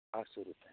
आठ सौ रूपए